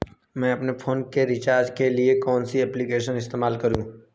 मैं अपने फोन के रिचार्ज के लिए कौन सी एप्लिकेशन इस्तेमाल करूँ?